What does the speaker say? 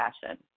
fashion